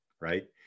right